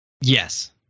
yes